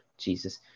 Jesus